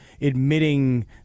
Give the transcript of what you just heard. admitting